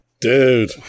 Dude